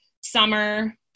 summer